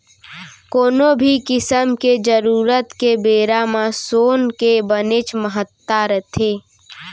कोनो भी किसम के जरूरत के बेरा म सोन के बनेच महत्ता रथे